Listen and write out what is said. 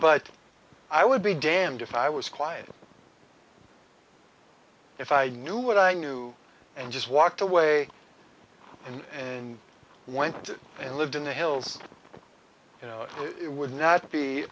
but i would be damned if i was quiet if i knew what i knew and just walked away and went and lived in the hills you know it